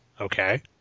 Okay